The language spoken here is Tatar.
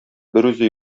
берүзе